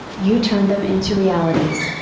you turned them into realities.